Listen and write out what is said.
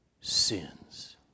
sins